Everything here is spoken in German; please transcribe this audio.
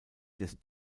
des